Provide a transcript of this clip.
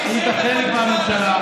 אתה היית חלק מהממשלה,